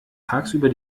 tagsüber